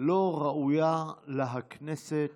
לא ראוי לכנסת